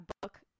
book